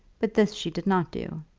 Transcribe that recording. but this she did not do.